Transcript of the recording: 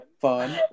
Fun